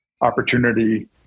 opportunity